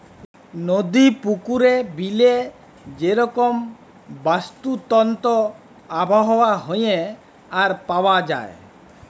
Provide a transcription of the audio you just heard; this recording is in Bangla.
নদি, পুকুরে, বিলে যে রকম বাস্তুতন্ত্র আবহাওয়া হ্যয়ে আর পাওয়া যায়